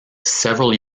several